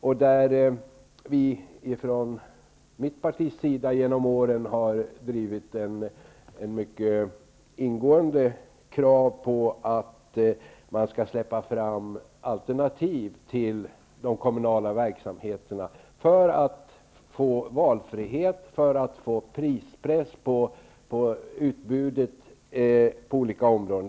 Vi har från mitt partis sida genom åren drivit ett mycket ingående krav på att man skall släppa fram alternativ till de kommunala verksamheterna för att få valfrihet och prispress på utbudet på olika områden.